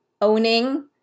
owning